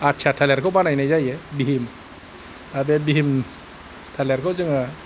आथिया थालिरखौ बानायनाय जायो भिम दा बे भिम थालिरखौ जोङो